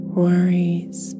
worries